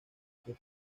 que